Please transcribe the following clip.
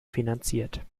finanziert